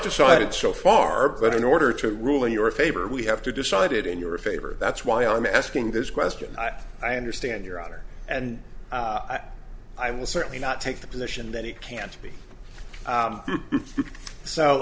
decided so far but in order to rule in your favor we have to decide it in your favor that's why i'm asking this question i i understand your honor and i will certainly not take the position that it can't be